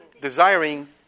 Desiring